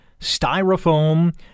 styrofoam